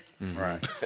Right